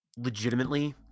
legitimately